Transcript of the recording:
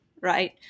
right